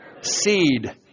seed